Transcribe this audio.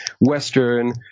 Western